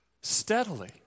steadily